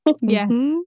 Yes